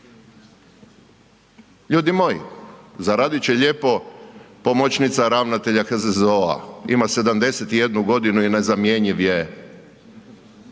Ljudi moji, zaradit će lijepo pomoćnica ravnatelja HZZO-a ima 71 godinu i nezamjenjiv je